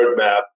roadmap